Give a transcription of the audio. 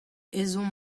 ezhomm